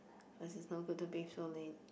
cause it is no good to bathe so late